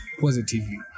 positively